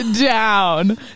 down